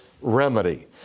remedy